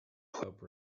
club